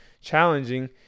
challenging